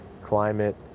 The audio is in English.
Climate